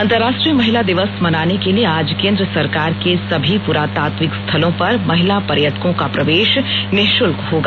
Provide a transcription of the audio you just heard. अंतरराष्ट्रीय महिला दिवस मनाने के लिए आज केन्द्र सरकार के सभी पुरातात्विक स्थलों पर महिला पर्यटकों का प्रवेश निशुल्क होगा